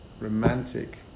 romantic